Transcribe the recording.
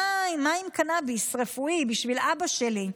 מה עם קנביס רפואי בשביל אבא שלי?